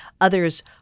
Others